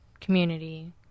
community